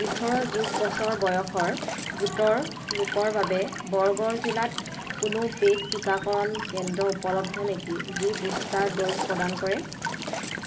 ওঠৰ যোগ বছৰ বয়সৰ গোটৰ লোকৰ বাবে বৰগড় জিলাত কোনো পেইড টিকাকৰণ কেন্দ্ৰ উপলব্ধ নেকি যি বুষ্টাৰ ড'জ প্ৰদান কৰে